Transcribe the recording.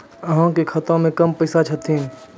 अहाँ के खाता मे कम पैसा छथिन?